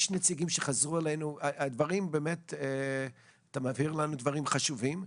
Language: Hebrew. אתה מעביר לנו דברים חשובים.